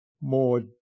More